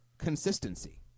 Consistency